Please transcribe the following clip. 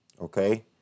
okay